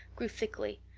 grew thickly.